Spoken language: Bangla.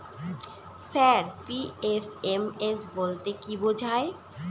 স্যার পি.এফ.এম.এস বলতে কি বোঝায়?